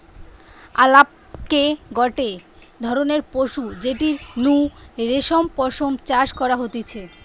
আলাপকে গটে ধরণের পশু যেটির নু রেশম পশম চাষ করা হতিছে